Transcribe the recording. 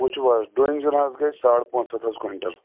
وٕچھِو حظ ڈۄنۍ زیُن حظ گژھِ ساڑٕ پانژھ ہَتھ حظ کۄینٹل